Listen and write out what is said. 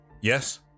Yes